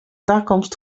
takomst